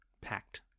Packed